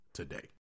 today